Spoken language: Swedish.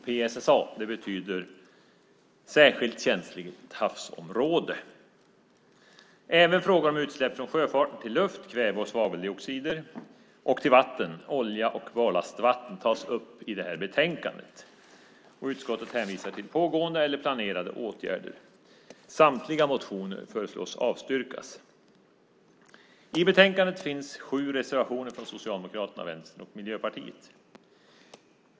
PSSA betyder särskilt känsligt havsområde. Även frågor om utsläpp från sjöfarten till luft - kväve och svaveloxider - och till vatten - olja och barlastvatten - tas upp i betänkandet, och utskottet hänvisar till pågående eller planerade åtgärder. Samtliga motioner avstyrks. I betänkandet finns sju reservationer från Socialdemokraterna, Vänstern och Miljöpartiet.